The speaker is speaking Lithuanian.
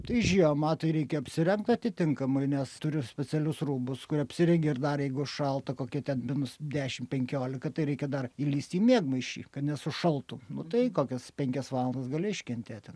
tai žiemą tai reikia apsirengt atitinkamai nes turiu specialius rūbus kur apsirengi ir dar jeigu šalta kokie ten minus dešim penkiolika tai reikia dar įlįst į miegmaišį kad nesušaltum nu tai kokias penkias valandas gali iškentėt ten